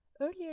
Earlier